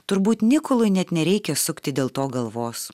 turbūt nikolui net nereikia sukti dėl to galvos